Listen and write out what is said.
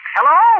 Hello